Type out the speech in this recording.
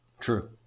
True